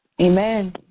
Amen